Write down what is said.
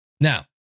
Now